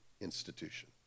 institution